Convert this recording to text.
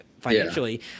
financially